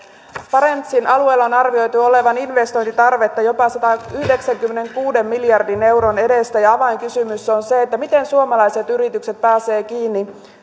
barentsin alueella on arvioitu olevan investointitarvetta jopa sadanyhdeksänkymmenenkuuden miljardin euron edestä ja avainkysymys on se miten suomalaiset yritykset pääsevät kiinni